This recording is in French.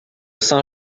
saint